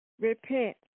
repent